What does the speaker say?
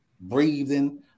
breathing